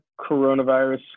coronavirus